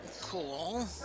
Cool